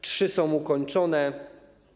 Trzy są ukończone.